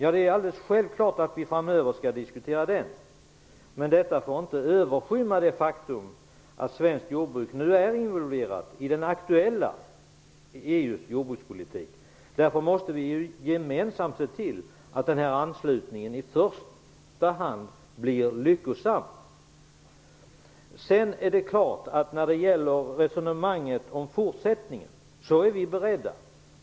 Men det här får inte skymma det faktum att svenskt jordbruk nu är involverat i EU:s aktuella jordbrukspolitik. Därför måste vi gemensamt se till att anslutningen i första hand blir lyckosam. När det gäller resonemanget om fortsättningen kan jag säga att vi är beredda.